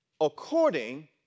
according